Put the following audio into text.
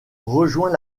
rejoint